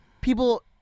people